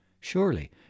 surely